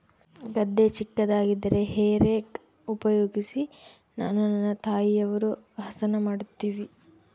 ಗದ್ದೆ ಚಿಕ್ಕದಾಗಿದ್ದರೆ hay rake ಉಪಯೋಗಿಸಿ ನಾನು ನನ್ನ ತಾಯಿಯವರು ಹಸನ ಮಾಡುತ್ತಿವಿ